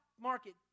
market